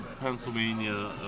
Pennsylvania